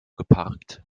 geparkt